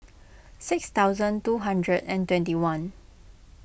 six thousand two hundred and twenty one